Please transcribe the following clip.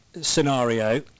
scenario